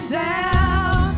down